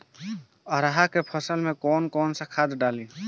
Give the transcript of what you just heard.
अरहा के फसल में कौन कौनसा खाद डाली?